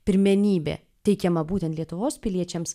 pirmenybė teikiama būtent lietuvos piliečiams